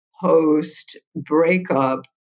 post-breakup